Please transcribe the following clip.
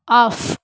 off